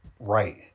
Right